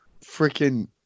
freaking